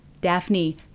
Daphne